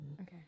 Okay